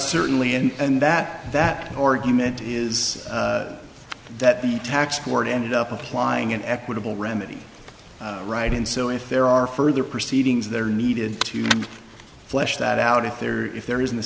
certainly in and that that argument is that the tax court ended up applying an equitable remedy right and so if there are further proceedings there needed to flesh that out if there if there isn't the